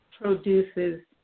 produces